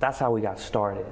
that's how we got started